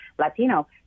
Latino